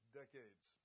decades